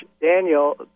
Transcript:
Daniel